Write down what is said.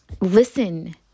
listen